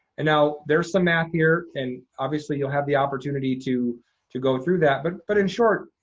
and now, there's some math here, and obviously, you'll have the opportunity to to go through that, but but in short,